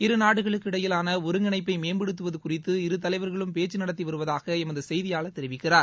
இரு நாடுகளுக்கு இடையிலான ஒருங்கிணைப்பை மேம்படுத்துவது குறித்து இரு தலைவர்களும் பேச்சு நடத்தி வருவதாக எமது செய்தியாளர் தெரிவிக்கிறார்